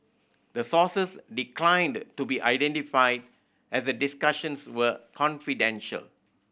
the sources declined to be identified as the discussions were confidential